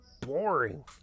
boring